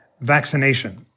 vaccination